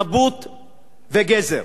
נבוט וגזר.